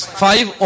five